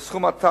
זהו סכום עתק,